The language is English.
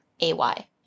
A-Y